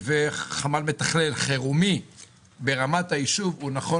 חמ"ל מתכלל חירום ברמת היישוב הוא נכון